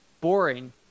boring